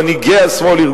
מנהיגי השמאל,